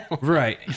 Right